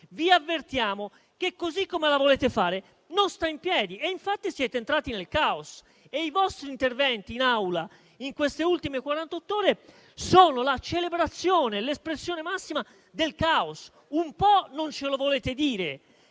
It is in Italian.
diretta, che così come la volete fare non sta in piedi. E infatti siete entrati nel caos e i vostri interventi in Aula nelle ultime quarantott'ore sono la celebrazione e l'espressione massima del caos. Un po' non ce lo volete dire,